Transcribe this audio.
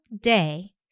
day